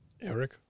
Eric